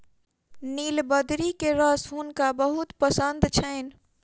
नीलबदरी के रस हुनका बहुत पसंद छैन